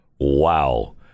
Wow